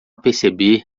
perceber